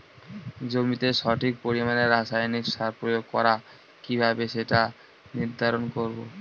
জমিতে সঠিক পরিমাণে রাসায়নিক সার প্রয়োগ করা কিভাবে সেটা নির্ধারণ করব?